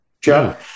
john